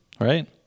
right